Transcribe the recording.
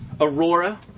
aurora